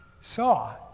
saw